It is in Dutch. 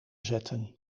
zetten